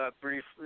briefly